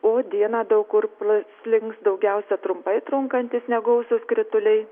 o dieną daug kur praslinks daugiausia trumpai trunkantys negausūs krituliai